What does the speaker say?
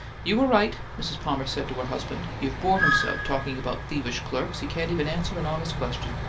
you were right, mrs. palmer said to her husband. you've bored him so, talking about thievish clerks, he can't even answer an honest question.